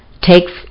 take